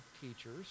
teachers